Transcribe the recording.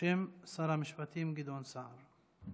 בשם שר המשפטים גדעון סער.